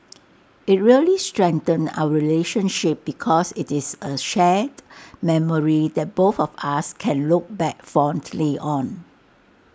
IT really strengthened our relationship because IT is A shared memory that both of us can look back fondly on